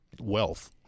Wealth